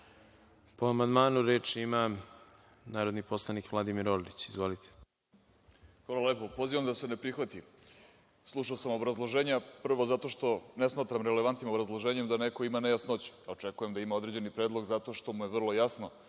Po amandmanu, reč ima narodni poslanik Vladimir Orlić. Izvolite **Vladimir Orlić** Hvala lepo. Pozivam da se ne prihvati. Slušao sam obrazloženja prvo zato što ne smatram relevantnim obrazloženjem da neko ima nejasnoće. Očekujem da ima određeni predlog zato što mu je vrlo jasno